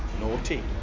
naughty